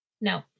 No